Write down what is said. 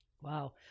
Wow